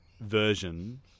version